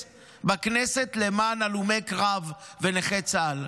בכנסת למען הלומי קרב ונכי צה"ל,